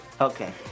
Okay